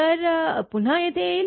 तर पुन्हा येथे येईल